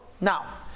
Now